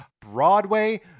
Broadway